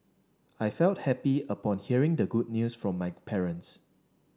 I felt happy upon hearing the good news from my parents